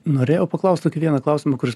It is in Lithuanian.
norėjau paklaust tokį vieną klausimą kuris